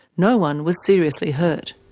no-one was seriously hurt.